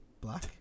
black